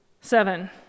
Seven